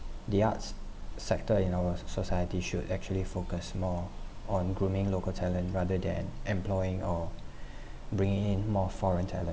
the arts sector in our society should actually focus more on grooming local talent rather than employing or bringing in more foreign talent